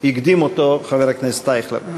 הקדים אותו חבר הכנסת אייכלר.